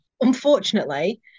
unfortunately